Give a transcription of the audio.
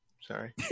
Sorry